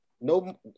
No